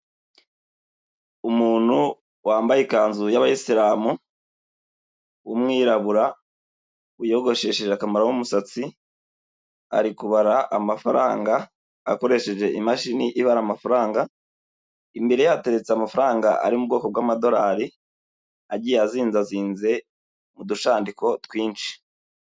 Umuntu wambaye ikanzu y'abayisilamu w'umwirabura uyogosheje akamaro k'umusatsi, ari kubara amafaranga akoresheje imashini ibara amafaranga, imbere ye hateretse amafaranga ari mu bwoko bw'amadolari agiye azinzazinze mudushandiko twinshi.